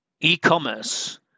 e-commerce